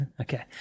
Okay